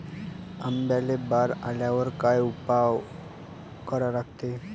आंब्याले बार आल्यावर काय उपाव करा लागते?